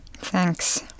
Thanks